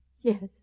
Yes